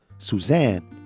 Suzanne